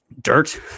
dirt